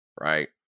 right